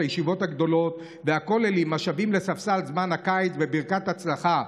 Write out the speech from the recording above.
הישיבות הגדולות והכוללים השבים לספסל זמן הקיץ בברכת הצלחה,